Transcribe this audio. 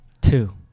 Two